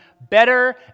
better